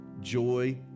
joy